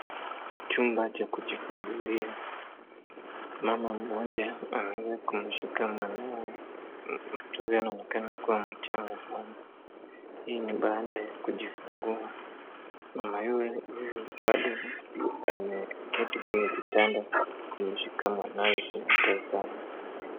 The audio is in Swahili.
Chumba cha kujifungulia, mama mmoja anaweza kumshika mwanawe. Mtoto huyu anaonekana kuwa mchanga sana, hii ni baada ya kujifungua. Mama huyu bado ameketi kwenye kitanda kumshika mwanawe kumpee sana.